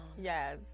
Yes